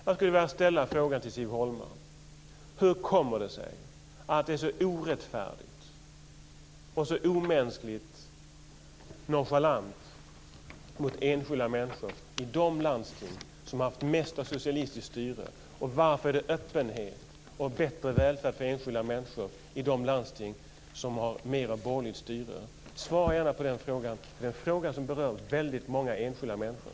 Jag skulle vilja ställa en fråga till Siv Holma: Hur kommer det sig att det är så orättfärdigt och så omänskligt nonchalant mot enskilda människor i de landsting som har haft mest av socialistiskt styre, och varför är det öppenhet och bättre välfärd för enskilda människor i de landsting som har mer av borgerligt styre? Svara gärna på den frågan. Det är en fråga som berör väldigt många enskilda människor.